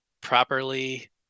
properly